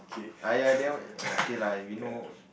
!aiya! that one okay lah we know